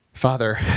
Father